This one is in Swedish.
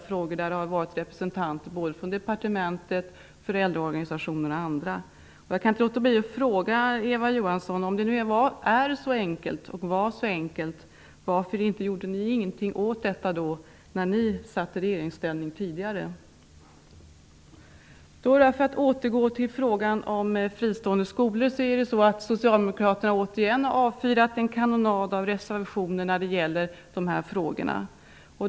I arbetsgruppen har det funnits representanter från såväl departementet som föräldraorganisationer och andra organisationer. Jag kan inte låta bli att fråga Eva Johansson: Om detta nu är och var så enkelt, varför gjorde ni ingenting åt det när ni satt i regeringsställning tidigare? Jag skall återgå till frågan om fristående skolor. Socialdemokraterna har återigen avfyrat en kanonad av reservationer när det gäller dessa frågor.